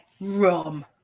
rum